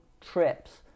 trips